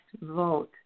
vote